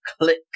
click